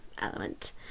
element